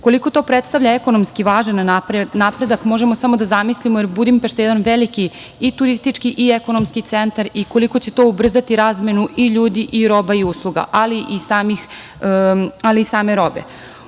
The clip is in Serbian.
to predstavlja ekonomski važan napredak, možemo samo da zamislimo, jer Budimpešta je jedan veliki i turistički i ekonomski centar i koliko će to ubrzati razmenu i ljudi i roba i usluga, ali i same